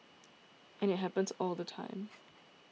and it happens all the time